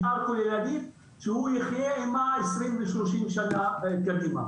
מתאר כוללנית שהוא יחיה עימה 20 ו-30 שנה קדימה.